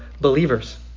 believers